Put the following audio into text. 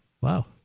Wow